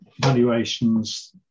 valuations